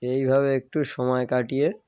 এইভাবে একটু সময় কাটিয়ে